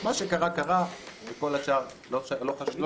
מה שקרה קרה וכל השאר לא חשוב,